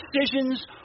decisions